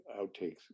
outtakes